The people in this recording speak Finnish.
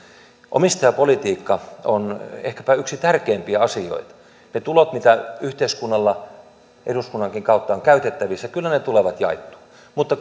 omistajapolitiikka on ehkäpä yksi tärkeimpiä asioita ne tulot mitä yhteiskunnalla eduskunnankin kautta on käytettävissä kyllä tulevat jaettua mutta